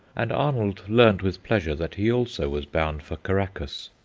and arnold learned with pleasure that he also was bound for caraccas.